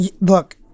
Look